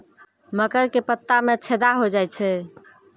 मकर के पत्ता मां छेदा हो जाए छै?